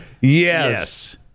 Yes